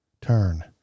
Turn